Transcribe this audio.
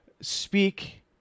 speak